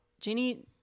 genie